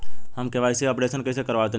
हम KYC updation कइसे करवाई तनि बताई?